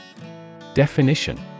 Definition